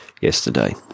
yesterday